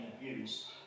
abuse